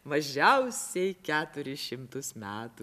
mažiausiai keturis šimtus metų